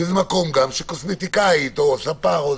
שמקום של קוסמטיקאית או ספר,